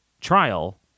trial